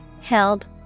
held